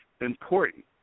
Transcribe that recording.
important